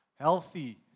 Healthy